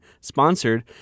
sponsored